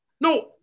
No